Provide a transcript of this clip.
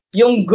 yung